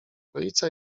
okolica